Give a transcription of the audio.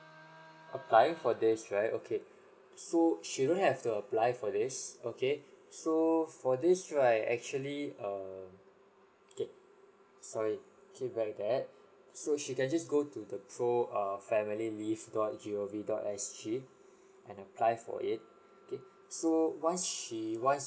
applying for this right okay so she don't have to apply for this okay so for this right actually err okay sorry so she can just go to the pro~ err family leave dot G O V dot S G and apply for it okay so once she wants